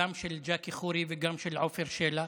גם של ג'קי חורי וגם של עפר שלח,